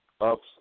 ups